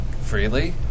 freely